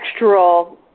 textural